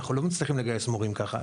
אנחנו לא מצליחים לגייס מורים ככה.